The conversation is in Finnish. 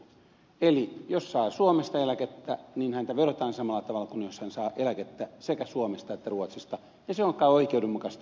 eli jos henkilö saa suomesta eläkettä niin häntä verotetaan samalla tavalla kuin jos hän saa eläkettä sekä suomesta että ruotsista ja se on kai oikeudenmukaista